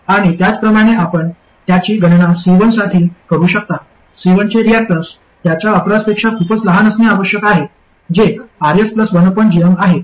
आणि त्याचप्रमाणे आपण त्याची गणना C1 साठी करू शकता C1 चे रियाक्टन्स त्याच्या अक्रॉसपेक्षा खूपच लहान असणे आवश्यक आहे जे Rs1gm आहे